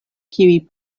kiuj